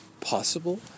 possible